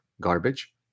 garbage